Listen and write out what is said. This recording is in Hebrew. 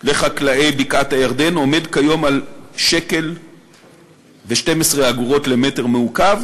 לחקלאי בקעת-הירדן עומד כיום על 1.12 שקל למ"ק,